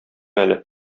әле